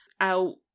out